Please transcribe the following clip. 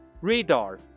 Radar